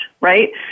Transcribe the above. Right